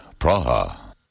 Praha